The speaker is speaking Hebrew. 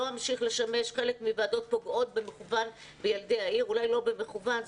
לא אמשיך לשמש חלק מוועדות פוגעות במכוון בילדי העיר אולי לא במכוון,